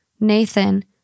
Nathan